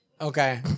Okay